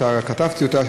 שכתבתי אותה,